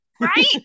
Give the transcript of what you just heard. Right